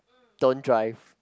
don't drive